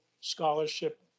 scholarship